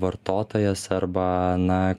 vartotojas arba na